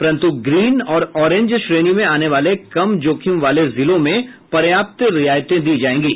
परंतु ग्रीन और ऑरेंज श्रेणी में आने वाले कम जोखिम वाले जिलों में पर्याप्त रियायतें दी जाएंगी